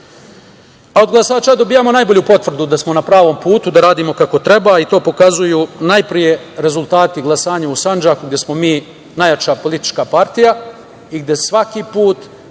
A od glasača dobijamo najbolju potvrdu da smo na pravom putu, da radimo kako treba i to pokazuju najpre rezultati glasanja u Sandžaku, gde smo mi najjača politička partija i gde svaki put